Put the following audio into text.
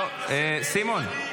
--- לא, סימון.